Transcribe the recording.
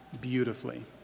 beautifully